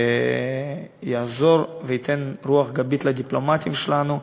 שיעזור וייתן רוח גבית לדיפלומטים שלנו,